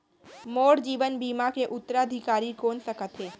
मोर जीवन बीमा के उत्तराधिकारी कोन सकत हे?